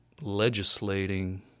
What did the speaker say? legislating